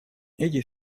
эти